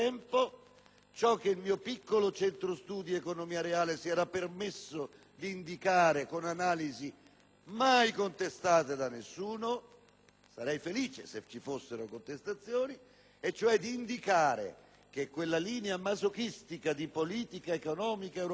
ciò che il mio piccolo centro studi economia reale si era permesso di indicare con analisi mai contestate da nessuno (e sarei felice se lo fossero state). Mi riferisco cioè al fatto che quella linea masochistica di politica economica europea